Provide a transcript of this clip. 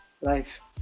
life